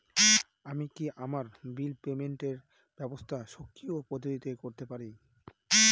আমি কি আমার বিল পেমেন্টের ব্যবস্থা স্বকীয় পদ্ধতিতে করতে পারি?